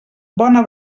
bona